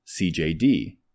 CJD